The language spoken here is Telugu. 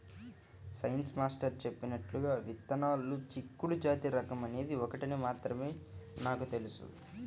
సైన్స్ మాస్టర్ చెప్పినట్లుగా విత్తనాల్లో చిక్కుడు జాతి రకం అనేది ఒకటని మాత్రం నాకు తెలుసు